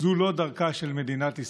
זו לא דרכה של מדינת ישראל."